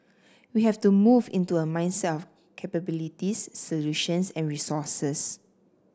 we have to move into a mindset of capabilities solutions and resources